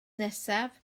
nesaf